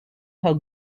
how